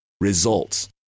results